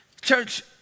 Church